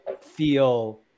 feel